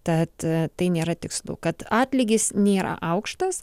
tad tai nėra tikslu kad atlygis nėra aukštas